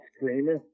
screamer